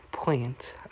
point